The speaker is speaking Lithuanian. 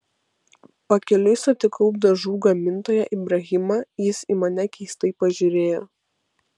pakeliui sutikau dažų gamintoją ibrahimą jis į mane keistai pažiūrėjo